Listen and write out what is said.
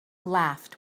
laughed